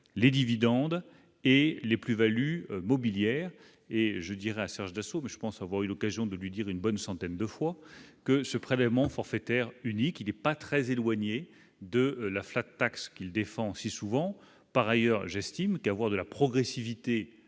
les dividendes et les plus-values mobilières et je dirais à Serge Dassault, je pense avoir eu l'occasion de lui dire : une bonne centaine de fois que ce prélèvement forfaitaire unique qui n'est pas très éloigné de la flat axes qu'il défend aussi souvent par ailleurs j'estime qu'avoir de la progressivité